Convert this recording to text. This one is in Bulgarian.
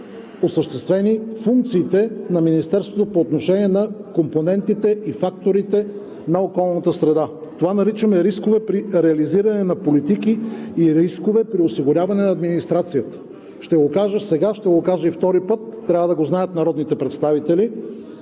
осъществени функциите на Министерството по отношение на компонентите и факторите на околната среда. Това наричаме рискове при реализиране на политики и рискове при осигуряване на администрацията. Ще го кажа сега, ще го кажа и втори път, трябва да го знаят народните представители